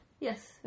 Yes